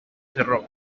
cerró